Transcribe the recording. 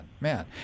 man